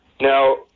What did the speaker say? now